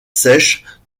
sèches